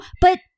but-